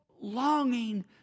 longing